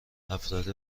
افراد